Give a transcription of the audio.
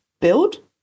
build